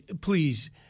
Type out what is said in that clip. please